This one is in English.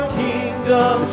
kingdom